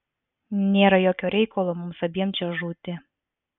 nėra jokio reikalo mums abiem čia žūti